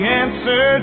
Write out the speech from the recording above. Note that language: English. answer